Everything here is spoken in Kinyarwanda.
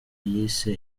yise